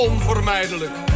Onvermijdelijk